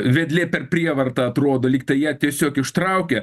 vedlė per prievartą atrodo lyg tai ją tiesiog ištraukė